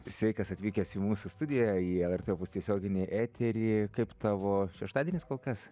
sveikas atvykęs į mūsų studiją į lrt opus tiesioginį eterį kaip tavo šeštadienis kol kas